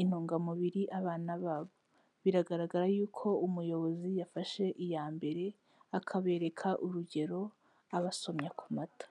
intungamubiri abana babo, biragaragara y'uko umuyobozi yafashe iya mbere akabereka urugero abasomye ku mata.